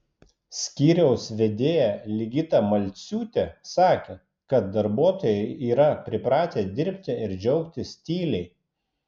skyriaus vedėja ligita malciūtė sakė kad darbuotojai yra pripratę dirbti ir džiaugtis tyliai